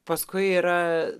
paskui yra